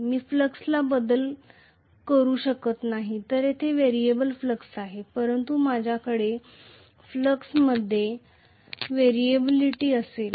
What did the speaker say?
मी फ्लक्समध्ये बदल करू शकत नाही तर येथे व्हेरिएबल फ्लक्स आहे परंतु माझ्याकडे फ्लॅक्समध्ये व्हेरिएबिलिटी असेल